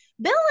Bill